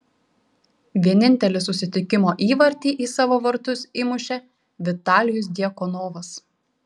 vienintelį susitikimo įvartį į savo vartus įmušė vitalijus djakonovas